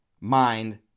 mind